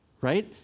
right